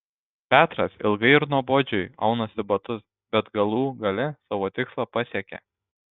petras ilgai ir nuobodžiai aunasi batus bet galų gale savo tikslą pasiekia